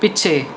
ਪਿੱਛੇ